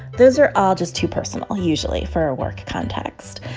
those are all just too personal, usually, for a work context.